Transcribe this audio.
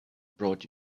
brought